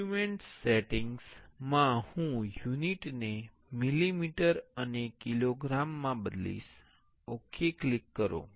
document settings માં હું unit ને મિલિમીટર અને કિલોગ્રામ માં બદલીશ ઓકે ક્લિક કરો